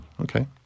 Okay